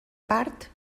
part